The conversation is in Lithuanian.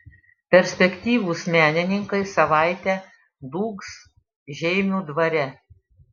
perspektyvūs menininkai savaitę dūgs žeimių dvare